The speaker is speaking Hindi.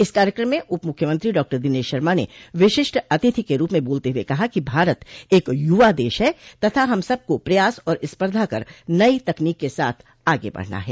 इस कार्यक्रम में उपमुख्यमंत्री डॉक्टर दिनेश शर्मा ने विशिष्ट अतिथि के रूप में बोलते हुए कहा कि भारत एक युवा देश है तथा हम सब को प्रयास और स्पर्धा कर नई तकनीकि के साथ आगे बढ़ना है